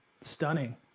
Stunning